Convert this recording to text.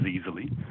easily